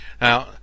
now